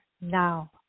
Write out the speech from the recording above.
now